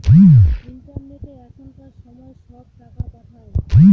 ইন্টারনেটে এখনকার সময় সব টাকা পাঠায়